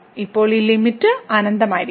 അപ്പോൾ ഈ ലിമിറ്റ് അനന്തമായിരിക്കും